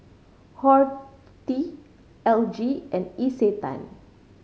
Horti L G and Isetan